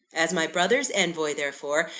as my brother's envoy, therefore,